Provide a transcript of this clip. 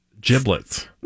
giblets